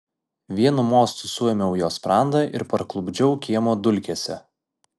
vienu mostu suėmiau jo sprandą ir parklupdžiau kiemo dulkėse